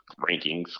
rankings